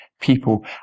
people